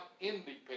independent